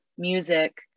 Music